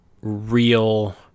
real